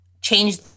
change